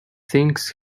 things